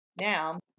now